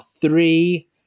three